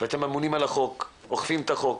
אתם אמונים על החוק, אוכפים את החוק,